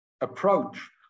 approach